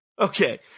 Okay